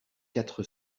quatre